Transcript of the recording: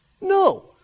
No